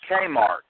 Kmart